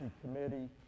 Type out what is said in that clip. committee